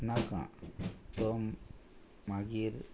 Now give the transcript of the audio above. नाका तो मागीर